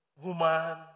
woman